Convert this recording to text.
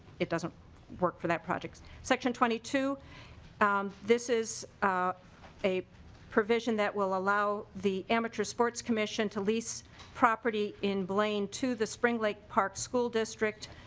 it doesn't work for that project. section twenty two this is a provision that will allow the amateur sports commission to leave property in blaine to the spring lakes park school district.